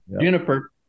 Juniper